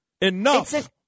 Enough